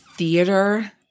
Theater